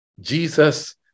Jesus